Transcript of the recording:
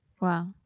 Wow